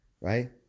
right